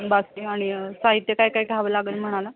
बाकी आणि साहित्य काय काय घ्यावं लागेल म्हणाला